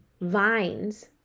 vines